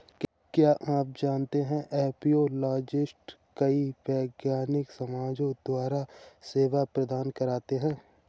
क्या आप जानते है एपियोलॉजिस्ट कई वैज्ञानिक समाजों द्वारा सेवा प्रदान करते हैं?